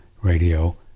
radio